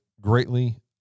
greatly